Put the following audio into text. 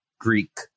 Greek